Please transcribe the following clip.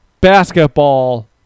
basketball